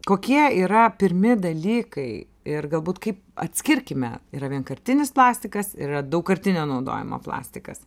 kokie yra pirmi dalykai ir galbūt kaip atskirkime yra vienkartinis plastikas ir yra daugkartinio naudojimo plastikas